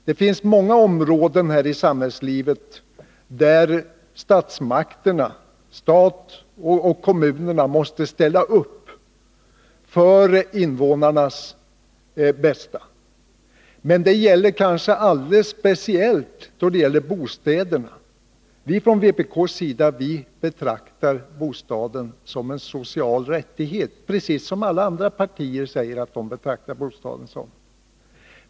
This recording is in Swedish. Det finns många områden i samhällslivet där statsmakterna, stat och kommuner, måste ställa upp för invånarnas bästa. Men det gäller kanske alldeles speciellt bostäderna. Från vpk:s sida betraktar vi bostaden som en social rättighet — precis som alla andra partier säger att de betraktar den.